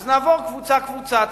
אז נעבור קבוצה קבוצה,